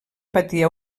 patia